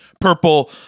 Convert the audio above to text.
purple